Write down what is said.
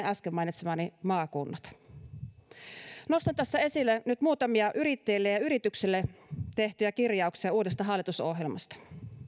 äsken mainitsemani maakunnat nostan tässä nyt esille muutamia yrittäjille ja yrityksille tehtyjä kirjauksia uudesta hallitusohjelmasta